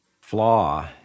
flaw